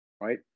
right